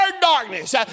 darkness